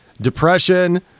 depression